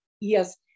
Yes